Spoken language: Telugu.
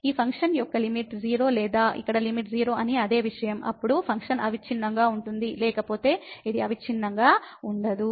ఈ ఫంక్షన్ యొక్క లిమిట్ 0 లేదా ఇక్కడ లిమిట్ 0 అని అదే విషయం అప్పుడు ఫంక్షన్ అవిచ్ఛిన్నంగా ఉంటుంది లేకపోతే అది అవిచ్ఛిన్నంగా ఉండదు